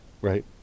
right